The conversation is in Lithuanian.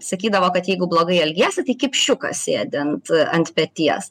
sakydavo kad jeigu blogai elgiesi tai kipšiukas sėdi ant ant peties